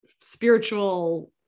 spiritual